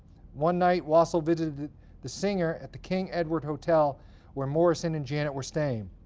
one night, wassel visited the singer at the king edward hotel where morrison and janet were staying.